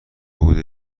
بوده